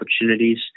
opportunities